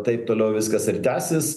taip toliau viskas ir tęsis